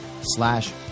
slash